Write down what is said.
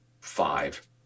five